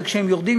וכשהם יורדים,